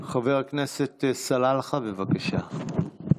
חבר הכנסת סלאלחה, בבקשה.